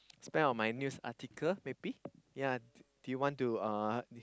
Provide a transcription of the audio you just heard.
spend on my news article maybe yea do you want to uh